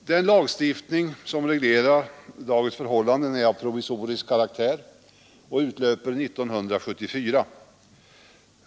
Den lagstiftning som reglerar dagens förhållanden är av provisorisk karaktär och utlöper 1974.